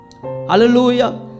Hallelujah